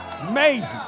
Amazing